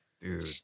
Dude